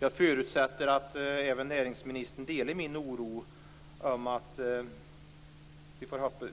Jag förutsätter att näringsministern delar min oro.